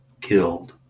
killed